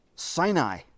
Sinai